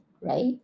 right